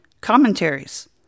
commentaries